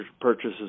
purchases